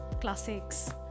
classics